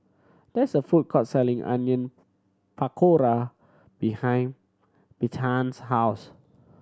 there is a food court selling Onion Pakora behind Bethann's house